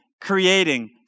creating